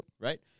right